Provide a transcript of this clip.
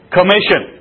Commission